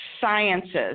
sciences